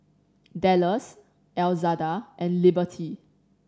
Dallas Elzada and Liberty